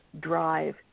drive